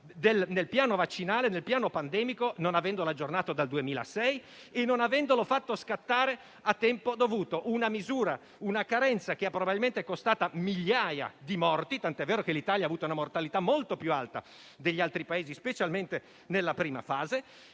in grave ritardo sul piano pandemico, non avendolo aggiornato dal 2006, e non avendolo fatto scattare a tempo dovuto. Una carenza che probabilmente è costata migliaia di morti, tanto è vero che l'Italia ha avuto una mortalità molto più alta degli altri Paesi, specialmente nella prima fase.